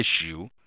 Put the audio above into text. issue